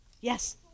Yes